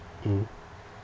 mm